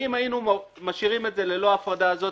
אם היינו משאירים את זה ללא הפרדה הזאת